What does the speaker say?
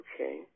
Okay